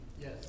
Yes